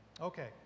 Okay